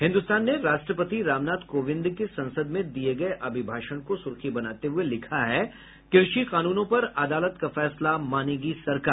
हिन्दुस्तान ने राष्ट्रपति रामनाथ कोविंद के संसद में दिये गये अभिभाषण को सुर्खी बनाते हुये लिखा है कृषि कानूनों पर अदालत का फैसला मानेगी सरकार